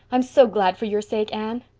i'm so glad for your sake, anne.